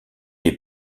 est